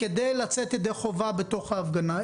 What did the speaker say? כדי לצאת ידי חובה בתוך ההפגנה.